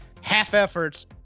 half-efforts